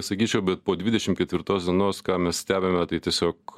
sakyčiau bet po dvidešim ketvirtos dienos ką mes stebime tai tiesiog